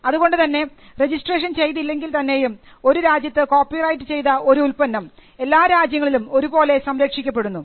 അതുകൊണ്ടുതന്നെ രജിസ്ട്രേഷൻ ചെയ്തില്ലെങ്കിൽ തന്നെയും ഒരു രാജ്യത്ത് കോപ്പിറൈറ്റ് ചെയ്ത ഒരു ഉത്പന്നം എല്ലാ രാജ്യങ്ങളിലും ഒരുപോലെ സംരക്ഷിക്കപ്പെടുന്നു